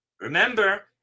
remember